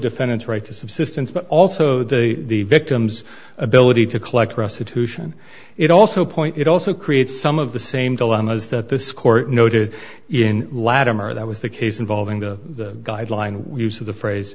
defendant's right to subsistence but also the the victim's ability to collect restitution it also point it also creates some of the same dilemmas that this court noted in latimer that was the case involving the guideline we use of the